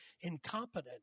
incompetent